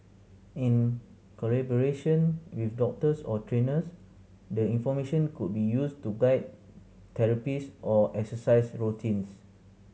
in collaboration with doctors or trainers the information could be used to guide therapies or exercise routines